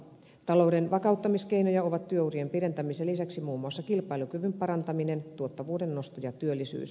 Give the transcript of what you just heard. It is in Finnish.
talouden vakauttamiskeinoja ovat työurien pidentämisen lisäksi muun muassa kilpailukyvyn parantaminen tuottavuuden nosto ja työllisyys